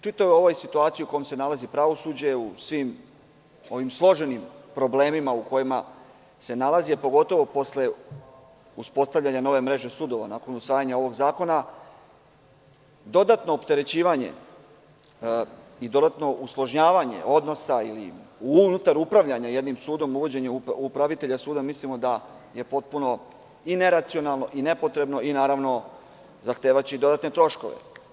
Čitava ova situacija u kojoj se nalazi pravosuđe u svim ovim složenim problemima u kojima se nalazi, a pogotovo posle uspostavljanja nove mreže sudova nakon usvajanja ovog zakona dodatno opterećivanje i dodatno usložnjavanje odnosa unutar upravljanja jednim sudom, uvođenjem upravitelja suda, mislim da je potpuno neracionalno i nepotrebno i zahtevaće dodatne troškove.